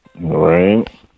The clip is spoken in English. Right